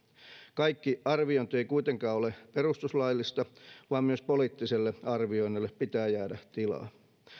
kaikki arviointi ei kuitenkaan ole perustuslaillista vaan myös poliittiselle arvioinnille pitää jäädä tilaa